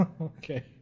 Okay